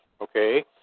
Okay